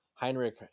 Heinrich